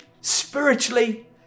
spiritually